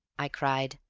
i cried.